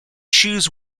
choose